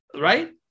right